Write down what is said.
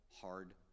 hard